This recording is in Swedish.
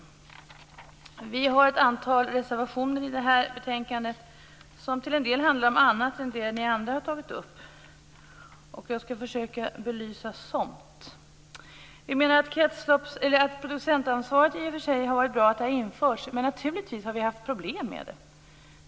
Miljöpartiet har ett antal reservationer till betänkandet som till en del handlar om annat än det som ni andra har tagit upp. Jag skall försöka belysa dessa saker. Miljöpartiet menar att det i och för sig har varit bra att producentansvaret införts, men att det naturligtvis också medfört problem.